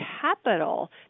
capital